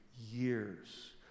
years